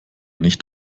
nicht